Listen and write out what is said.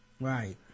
Right